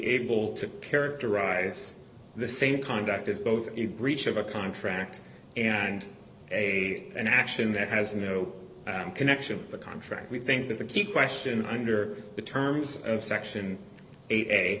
able to characterize the same conduct as both a breach of a contract and a an action that has no connection to the contract we think that the key question under the terms of section eight